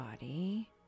body